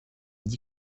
dix